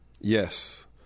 yes